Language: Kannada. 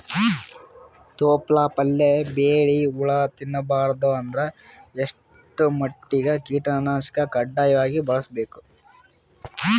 ತೊಪ್ಲ ಪಲ್ಯ ಬೆಳಿ ಹುಳ ತಿಂಬಾರದ ಅಂದ್ರ ಎಷ್ಟ ಮಟ್ಟಿಗ ಕೀಟನಾಶಕ ಕಡ್ಡಾಯವಾಗಿ ಬಳಸಬೇಕು?